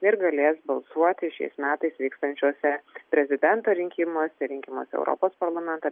ir galės balsuoti šiais metais vyksiančiuose prezidento rinkimuose rinkimuose į europos parlamentą